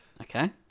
Okay